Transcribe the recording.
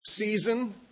season